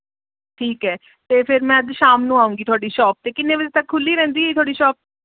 ਠੀਕ ਹੈ ਅਤੇ ਫਿਰ ਮੈਂ ਅੱਜ ਸ਼ਾਮ ਨੂੰ ਆਊਂਗੀ ਤੁਹਾਡੀ ਸ਼ੌਪ 'ਤੇ ਕਿੰਨੇ ਵਜੇ ਤੱਕ ਖੁੱਲ੍ਹੀ ਰਹਿੰਦੀ ਹੈ ਜੀ ਤੁਹਾਡੀ ਸ਼ੌਪ